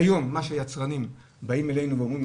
כיום מה שיצרנים באים אלינו ואומרים,